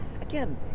again